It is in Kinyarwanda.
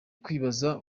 kwibaza